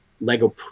Lego